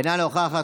אינה נוכחת,